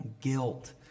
guilt